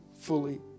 fully